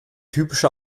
typische